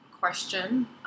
question